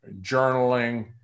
journaling